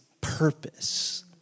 purpose